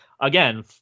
again